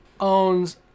owns